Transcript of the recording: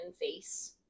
face